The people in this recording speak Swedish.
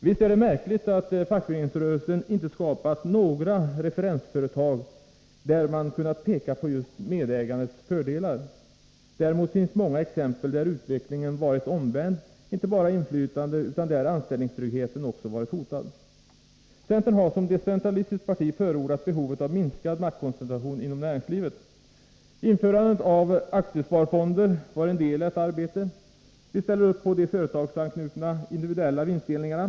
Visst är det märkligt att fackföreningsrörelsen inte skapat några referensföretag där man kunnat peka på just ”medägandets” fördelar. Däremot finns många exempel där utvecklingen varit omvänd, inte bara i inflytande, utan där också anställningstryggheten varit hotad. Centern har som decentralistiskt parti förordat behovet av minskad maktkoncentration inom näringslivet. Införandet av aktiesparfonderna var en del i detta arbete. Vi ställer upp för de företagsanknutna individuella vinstdelningarna.